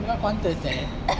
no qantas ah